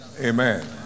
Amen